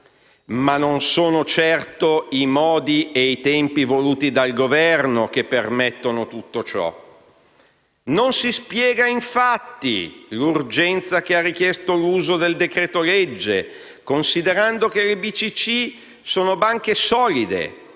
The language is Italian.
ma non sono certo i modi e i tempi voluti dal Governo che permettono tutto ciò. Non si spiega, infatti, l'urgenza che ha richiesto l'uso del decreto-legge, considerando che le banche di